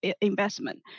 investment